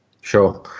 Sure